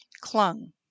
clung